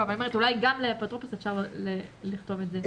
אולי גם לגבי האפוטרופוס אפשר לכתוב את זה.